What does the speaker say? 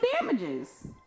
damages